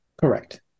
Correct